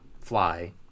fly